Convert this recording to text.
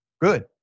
good